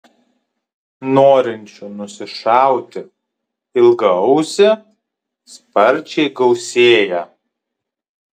norinčių nusišauti ilgaausį sparčiai gausėja